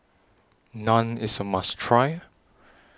Naan IS A must Try